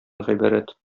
гыйбарәт